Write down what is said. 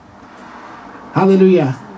Hallelujah